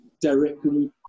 directly